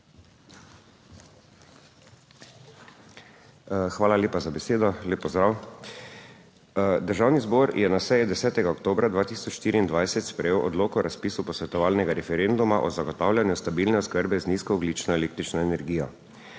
Hvala lepa za besedo. Lep pozdrav! Državni zbor je na seji 10. oktobra 2024 sprejel odlok o razpisu posvetovalnega referenduma o zagotavljanju stabilne oskrbe z nizkoogljično električno energijo.